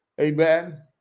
Amen